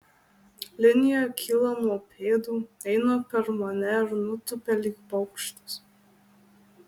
linija kyla nuo pėdų eina per mane ir nutupia lyg paukštis